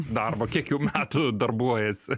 darbo kiek jau metų darbuojiesi